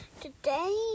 Today